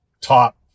Top